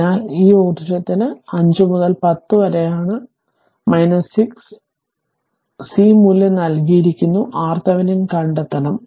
അതിനാൽ ഇത് ഊർജ്ജത്തിന് 5 മുതൽ 10 വരെയാണ് 6 സി മൂല്യം നൽകിയിരിക്കുന്നു Rthevinin കണ്ടെത്തണം